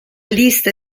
lista